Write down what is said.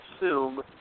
assume